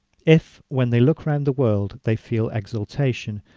if, when they look round the world, they feel exultation,